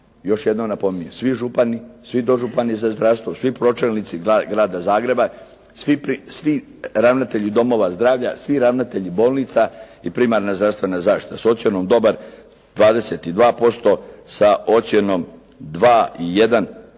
Još jednom napominjem, svi župani, svi dožupani za zdravstvo, svi pročelnici grada Zagreba, svi ravnatelji domova zdravlja, svi ravnatelji bolnica i primarne zdravstvene zaštite s ocjenom dobar 22%, sa ocjenom 2